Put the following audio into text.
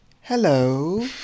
hello